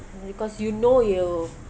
because you know you